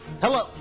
Hello